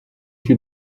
się